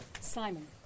Simon